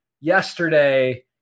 yesterday